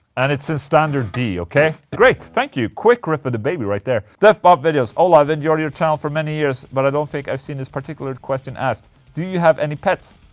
and it's in standard d, ok? great, thank you quick riff of the baby right there dethpopvideos ola, i've and enjoyed your channel for many years but i don't think i've seen this particular question asked do you have any pets?